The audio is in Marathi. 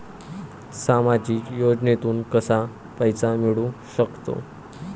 सामाजिक योजनेतून कसा पैसा मिळू सकतो?